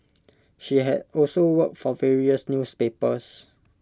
she had also worked for various newspapers